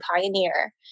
pioneer